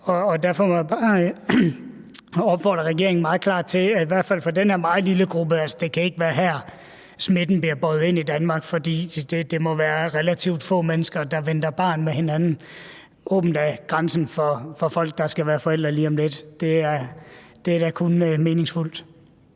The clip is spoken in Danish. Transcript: Det kan ikke være her, smitten bliver båret ind i Danmark, for det må være relativt få mennesker, der venter barn med hinanden. Åbn da grænsen for folk, der skal være forældre lige om lidt. Det er da kun meningsfuldt.